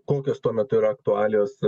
kokios tuo metu yra aktualijos